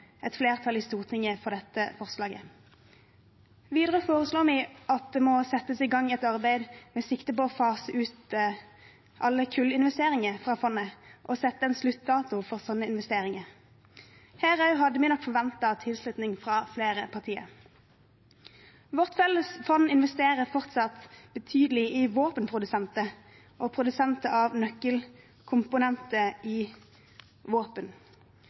et flertall i Stortinget på dette forslaget. Videre foreslår vi at det må settes i gang et arbeid med sikte på å fase ut alle kullinvesteringer fra fondet og sette en sluttdato for slike investeringer. Her også hadde vi nok forventet tilslutning fra flere partier. Vårt felles fond investerer fortsatt betydelig i våpenprodusenter og produsenter av nøkkelkomponenter i våpen.